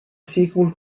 sequel